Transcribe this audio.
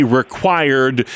required